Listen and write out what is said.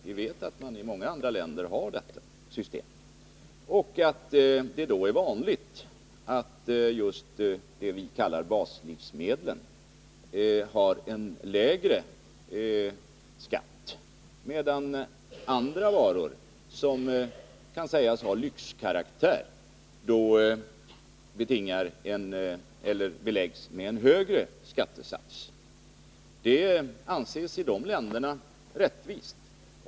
Vi vet att man i många länder har detta system och att det där är vanligt att just de varor vi kallar baslivsmedel beläggs med en lägre skatt, medan andra varor, som kan sägas ha lyxkaraktär, beläggs med en högre skattesats. Detta anses i de länderna vara rättvist.